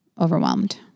overwhelmed